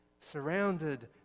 Surrounded